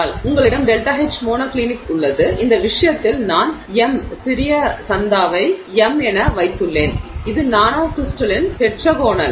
எனவே உங்களிடம் ΔH monoclinic உள்ளது இந்த விஷயத்தில் நான் m சிறிய சந்தாவை m என வைத்துள்ளேன் இது நானோகிரிஸ்டலின் டெட்ராகோனல்